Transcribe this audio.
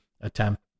attempt